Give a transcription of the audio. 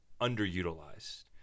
underutilized